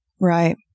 Right